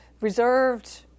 reserved